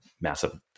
massive